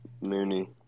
Mooney